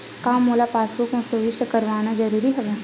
का मोला पासबुक म प्रविष्ट करवाना ज़रूरी हवय?